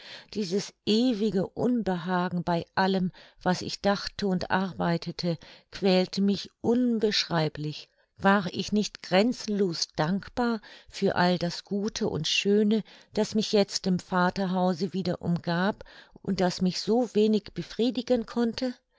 dieses ewige unbehagen bei allem was ich dachte und arbeitete quälte mich unbeschreiblich war ich nicht grenzenlos undankbar für all das gute und schöne das mich jetzt im vaterhause wieder umgab und das mich so wenig befriedigen konnte